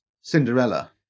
cinderella